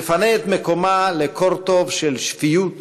תפנה את מקומה לקורטוב של שפיות,